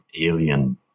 alien